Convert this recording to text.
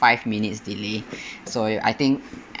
five minutes' delay so you I think